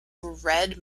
red